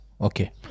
Okay